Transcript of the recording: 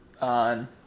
On